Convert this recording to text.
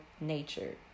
nature